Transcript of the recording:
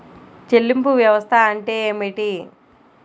చెల్లింపు వ్యవస్థ అంటే ఏమిటి?